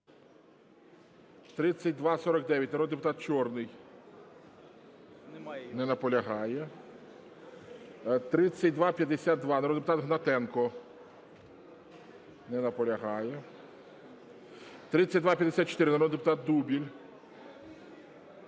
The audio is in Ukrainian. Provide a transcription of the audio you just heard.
3249, народний депутат Чорний. Не наполягає. 3252, народний депутат Гнатенко. Не наполягає. 3254, народний депутат Дубіль.